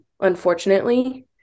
unfortunately